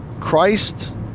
Christ